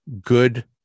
good